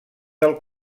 del